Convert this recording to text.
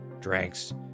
drinks